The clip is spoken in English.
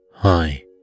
Hi